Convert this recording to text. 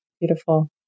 Beautiful